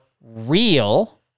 real